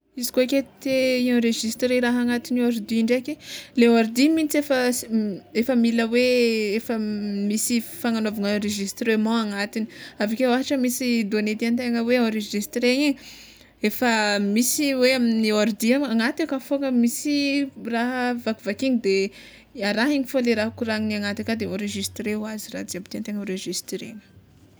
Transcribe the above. Izy koa ke te hienregistre raha agnatin'ny ordi ndraiky le ordi mintsy efa s efa mila hoe efa misy fagnanaovana enregistrement agnatiny aveke ôhatra misy donné tiantegna hoe enregistrena igny efa misy hoe amin'ny ordi ame agnaty aka fôgna misy raha vakivakina de arahiny fôgna le raha koragniny agnatiny aka de enregistre hoazy raha jiaby enregistrena.